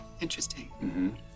Interesting